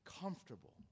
comfortable